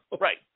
Right